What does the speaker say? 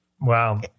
Wow